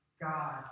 God